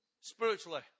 Spiritually